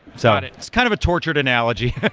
got it. it's kind of a tortured analogy.